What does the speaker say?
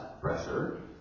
pressure